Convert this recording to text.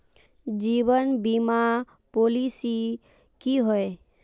जीवन बीमा पॉलिसी की होय?